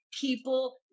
people